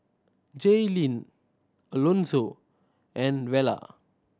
Jaylene Alonzo and Vela